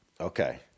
Okay